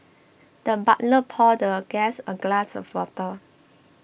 the butler poured the guest a glass of water